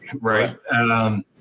right